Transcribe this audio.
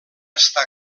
estar